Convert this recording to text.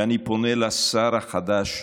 ואני פונה לשר החדש,